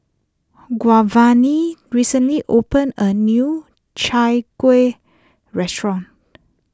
Giovanni recently opened a new Chai Kuih restaurant